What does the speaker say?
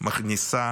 מכניסה